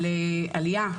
על עלייה,